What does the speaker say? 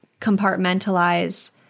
compartmentalize